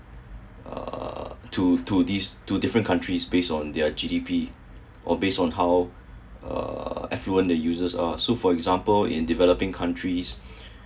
uh to to this to different countries based on their G_D_P or based on how uh affluent the users are so for example in developing countries